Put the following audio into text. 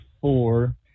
four